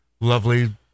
lovely